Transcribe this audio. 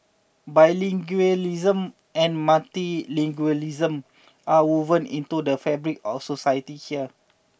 bilingualism and multilingualism are woven into the fabric of society here